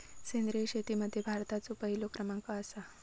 सेंद्रिय शेतीमध्ये भारताचो पहिलो क्रमांक आसा